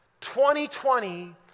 2020